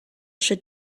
should